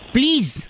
Please